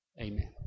Amen